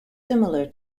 similar